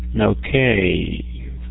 Okay